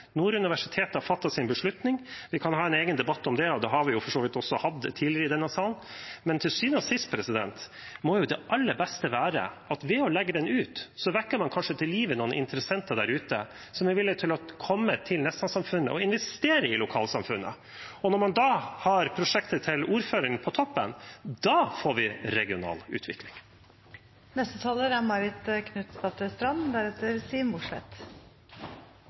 har fattet sin beslutning. Vi kan ha en egen debatt om det – og det har vi for så vidt også hatt tidligere i denne salen – men til syvende og sist må det aller beste være at man ved å legge den ut kanskje vekker til live noen interessenter der ute som er villig til å komme til Nesna-samfunnet og investere i lokalsamfunnet. Når man da har prosjektet til ordføreren på toppen, da får vi regional utvikling.